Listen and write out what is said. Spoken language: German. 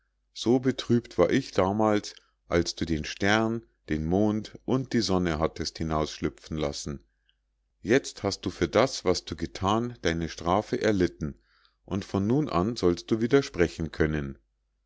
so betrübt war ich damals als du den stern den mond und die sonne hattest hinausschlüpfen lassen jetzt hast du für das was du gethan deine strafe erlitten und von nun an sollst du wieder sprechen können